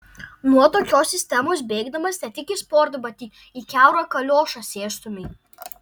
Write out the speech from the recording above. nuo tokios sistemos bėgdamas ne tik į sportbatį į kiaurą kaliošą sėstumei